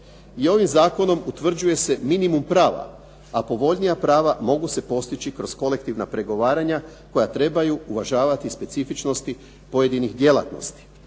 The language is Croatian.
I ovim zakonom utvrđuje se minimum prava, a povoljnija prava mogu se postići kroz kolektivna pregovaranja koja trebaju uvažavati specifičnosti pojedinih djelatnosti.